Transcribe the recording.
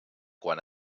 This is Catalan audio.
quan